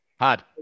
Hard